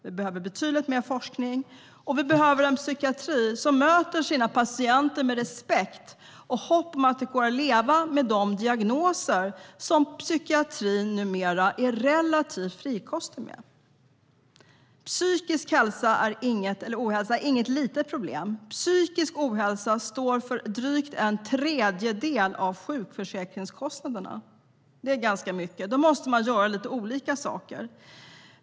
Vi behöver betydligt mer forskning, och vi behöver en psykiatri som möter sina patienter med respekt och hopp om att det går att leva med de diagnoser som psykiatrin numera är relativt frikostig med. Psykisk ohälsa är inget litet problem. Psykisk ohälsa står för drygt en tredjedel av sjukförsäkringskostnaderna. Det är ganska mycket. Då måste man göra lite olika saker.